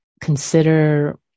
consider